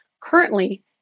Currently